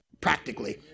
practically